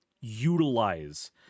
utilize